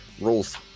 rules